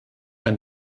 ein